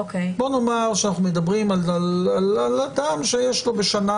נאמר שאנחנו מדברים על אדם שיש פה בשנה,